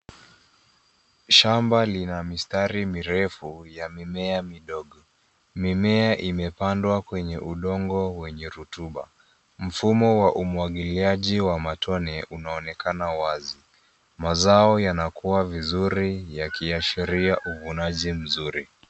Shamba lina mistari mirefu ya mimea midogo. Mimea imepandwa kwenye udongo wenye rutuba. Mfumo wa umwagiliaji wa matone, unaonekana wazi. Mazao yanakua vizuri yakiashiria uvunaji mzuri.